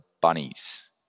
Bunnies